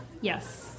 Yes